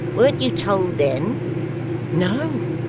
weren't you told then no,